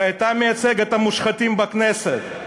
הרי אתה מייצג את המושחתים בכנסת.